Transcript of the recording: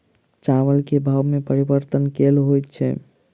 चावल केँ भाव मे परिवर्तन केल होइ छै?